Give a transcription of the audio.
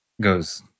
goes